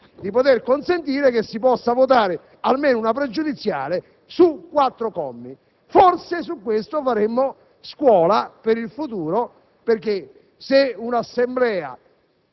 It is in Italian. - consentire che si possa votare almeno una pregiudiziale su quattro commi. Forse su questo faremmo scuola per il futuro, perché se un'Assemblea